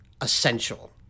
essential